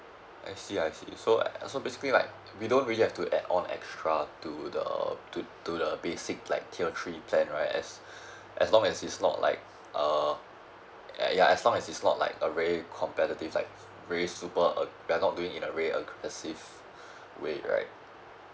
I see I see so uh ya so basically like we don't really have to add on extra to the to the basic like tier three plan right yes as long as it's not like uh ya as long as it's not like a very competitive like really super uh we're not doing in a way uh aggressive way right